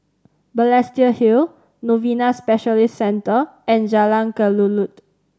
Balestier Hill Novena Specialist Centre and Jalan Kelulut